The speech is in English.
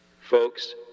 Folks